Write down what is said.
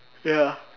ya